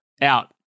out